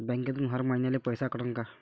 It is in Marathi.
बँकेतून हर महिन्याले पैसा कटन का?